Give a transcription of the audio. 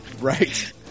Right